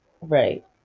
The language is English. right